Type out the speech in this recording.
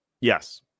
Yes